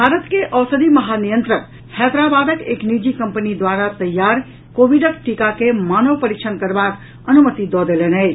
भारत के औषधि महानियंत्रक हैदरबादक एक निजी कम्पनी द्वारा तैयार कोविडक टीका के मानव परीक्षण करबाक अनुमति दऽ देलनि अछि